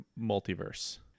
Multiverse